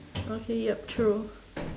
okay yup true